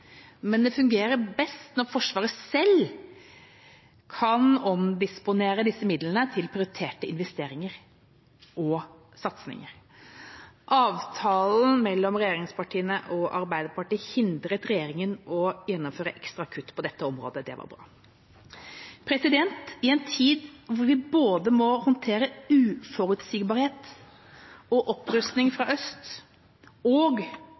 men det fungerer best når Forsvaret selv kan omdisponere disse midlene til prioriterte investeringer og satsinger. Avtalen mellom regjeringspartiene og Arbeiderpartiet hindret regjeringa i å gjennomføre ekstra kutt på dette området. Det var bra. I en tid hvor vi både må håndtere uforutsigbarhet og opprustning fra øst og